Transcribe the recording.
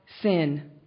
sin